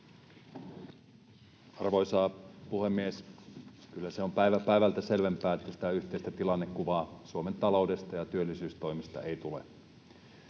Arvoisa puhemies! Kyllä se on päivä päivältä selvempää, että yhteistä tilannekuvaa Suomen taloudesta ja työllisyystoimista ei tule.